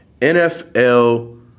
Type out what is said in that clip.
NFL